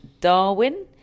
Darwin